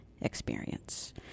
experience